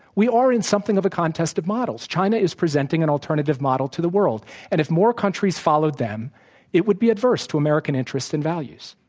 we are in something of a contest of models. china is presenting an alternative model to the world and if more countries followed them it would be adverse to american interests and values.